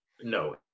No